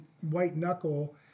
white-knuckle